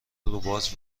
روباز